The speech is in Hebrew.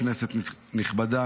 כנסת נכבדה,